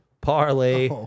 parlay